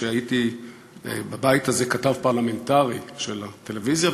כשהייתי בבית הזה כתב פרלמנטרי של הטלוויזיה,